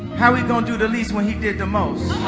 how we don't do the least when he did the most